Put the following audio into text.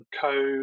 code